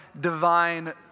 divine